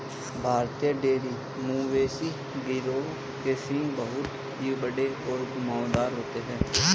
भारतीय डेयरी मवेशी गिरोह के सींग बहुत ही बड़े और घुमावदार होते हैं